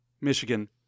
Michigan